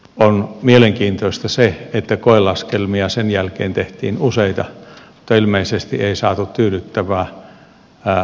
on mielenkiintoista se että koelaskelmia sen jälkeen tehtiin useita mutta ilmeisesti ei saatu tyydyttävää lopputulosta